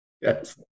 Yes